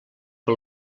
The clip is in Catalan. que